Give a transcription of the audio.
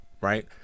right